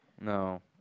No